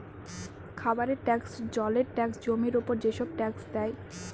খাবারের ট্যাক্স, জলের ট্যাক্স, জমির উপর যেসব ট্যাক্স দেয়